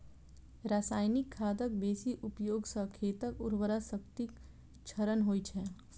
रासायनिक खादक बेसी उपयोग सं खेतक उर्वरा शक्तिक क्षरण होइ छै